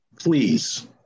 please